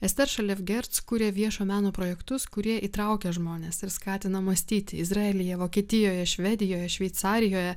ester šalevgerc kuria viešo meno projektus kurie įtraukia žmones ir skatina mąstyti izraelyje vokietijoje švedijoje šveicarijoje